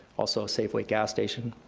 also a safeway gas station.